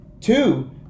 Two